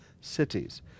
cities